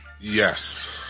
Yes